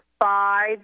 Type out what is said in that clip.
five